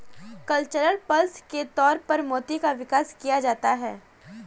cultured pearls के तौर पर मोती का विकास किया जाता है